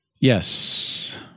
Yes